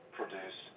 produce